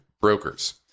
Brokers